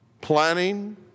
planning